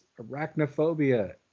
Arachnophobia